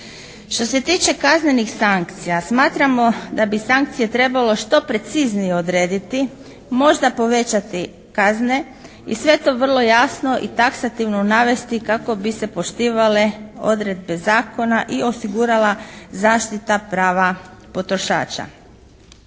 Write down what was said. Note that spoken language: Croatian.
Što se tiče kaznenih sankcija smatramo da bi sankcije trebalo što preciznije odrediti, možda povećati kazne i sve to vrlo jasno i taksativno navesti kako bi se poštivale odredbe zakona i osigurala zaštita prava potrošača.